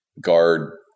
guard